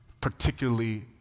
particularly